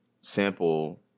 sample